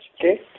okay